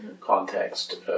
context